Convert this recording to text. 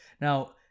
Now